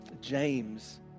James